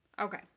Okay